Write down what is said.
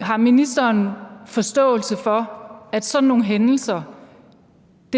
Har ministeren forståelse for, at sådan nogle hændelser